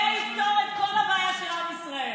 זה יפתור את כל הבעיה של עם ישראל.